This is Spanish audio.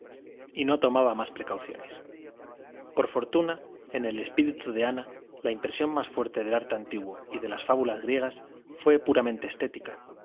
y no tomaba más precauciones por fortuna en el espíritu de ana la impresión más fuerte del arte antiguo y de las fábulas griegas fue puramente estética